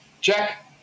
Jack